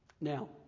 Now